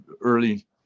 early